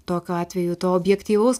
tokiu atveju to objektyvaus